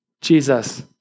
Jesus